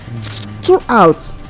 throughout